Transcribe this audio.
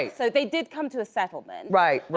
so they did come to a settlement. right, right.